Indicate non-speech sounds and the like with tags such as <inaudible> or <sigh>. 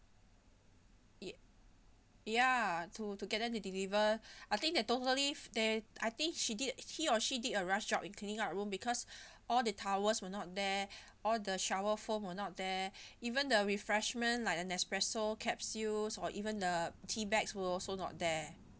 it ya to to get them to deliver <breath> I think they're totally they I think she did he or she did a rush job in cleaning up room because <breath> all the towels were not there <breath> all the shower foam were not there <breath> even the refreshment like a Nespresso capsules or even the teabags were also not there